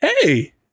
hey